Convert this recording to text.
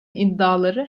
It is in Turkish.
iddiaları